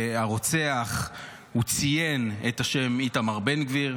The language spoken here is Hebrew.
הרוצח ציין את השם איתמר בן גביר.